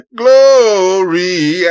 glory